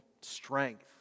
strength